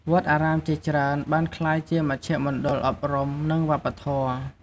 វត្តអារាមជាច្រើនបានក្លាយជាមជ្ឈមណ្ឌលអប់រំ និងវប្បធម៌។